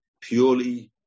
purely